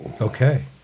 Okay